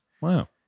Wow